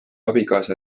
abikaasa